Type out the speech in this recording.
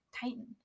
Titan